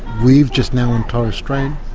we've just now on torres strait,